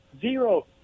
zero